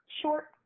short